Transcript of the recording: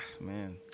man